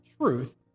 truth